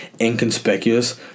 inconspicuous